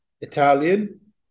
Italian